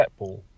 netball